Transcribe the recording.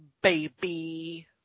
baby